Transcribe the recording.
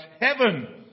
heaven